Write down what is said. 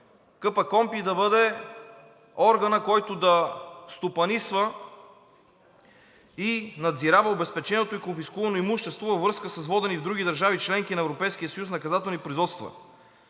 КПКОНПИ да бъде органът, който да стопанисва и надзирава обезпеченото и конфискувано имущество във връзка с водени в други държави – членки на Европейския съюз, наказателни производства.